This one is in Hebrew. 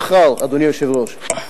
אדוני היושב-ראש,